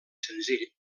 senzill